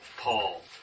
Paul